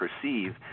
perceive